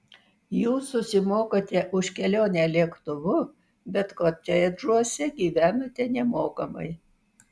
jūs susimokate už kelionę lėktuvu bet kotedžuose gyvenate nemokamai